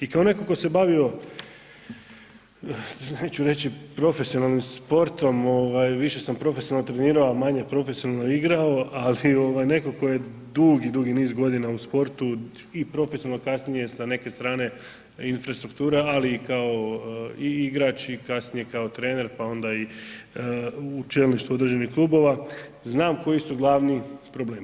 I kao netko tko se bavio neću reći profesionalnim sportom, ovaj više sam profesionalno trenirao, a manje profesionalno igrao, ali ovaj nekako je dugi, dugi niz godina u sportu i profesionalno kasnije sa neke strane infrastruktura, ali i kao i igrač i kasnije kao trener pa onda i u čelništvu određenih klubova znam koji su glavni problemi.